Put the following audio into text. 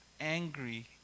angry